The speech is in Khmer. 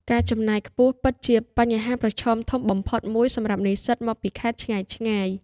ការចំណាយខ្ពស់ពិតជាបញ្ហាប្រឈមធំបំផុតមួយសម្រាប់និស្សិតមកពីខេត្តឆ្ងាយៗ។